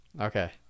okay